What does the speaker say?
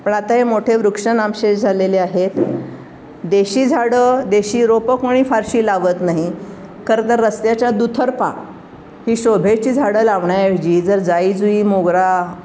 पण आता हे मोठे वृक्ष नामशेष झालेले आहेत देशी झाडं देशी रोपं कोणी फारशी लावत नाही खरं तर रस्त्याच्या दुतर्फा ही शोभेची झाडं लावण्याऐवजी जर जाईजुई मोगरा